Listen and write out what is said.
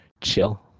chill